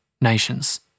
nations